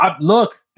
look